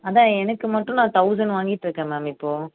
அதுதான் எனக்கு மட்டும் நான் தௌசண்ட் வாங்கிட்டிருக்கேன் மேம் இப்போது